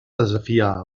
desafiar